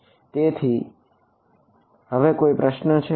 તેથી હવે કોઈ પ્રશ્ન